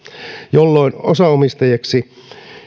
jolloin osaomistajaksi